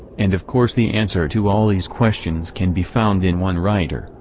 and of course the answer to all these questions can be found in one writer,